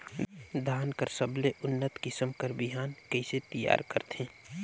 धान कर सबले उन्नत किसम कर बिहान कइसे तियार करथे?